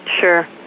Sure